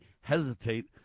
hesitate